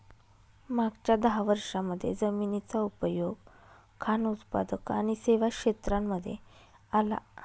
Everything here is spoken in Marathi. मागच्या दहा वर्षांमध्ये जमिनीचा उपयोग खान उत्पादक आणि सेवा क्षेत्रांमध्ये आला